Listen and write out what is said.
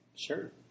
sure